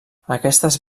aquestes